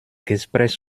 gespräch